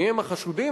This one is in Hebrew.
מיהם החשודים?